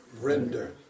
render